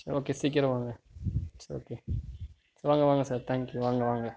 சரி ஓகே சீக்கிரம் வாங்க இட்ஸ் ஓகே சரி வாங்க வாங்க சார் தேங்க்யூ வாங்க வாங்க